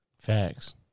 Facts